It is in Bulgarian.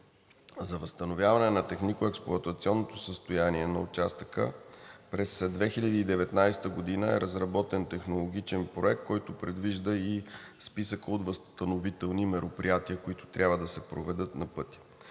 За възстановяване на технико-експлоатационното състояние на участъка през 2019 г. е разработен технологичен проект, който предвижда и списък от възстановителни мероприятия, които трябва да се проведат на пътя.